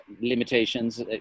limitations